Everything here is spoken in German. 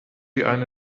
eine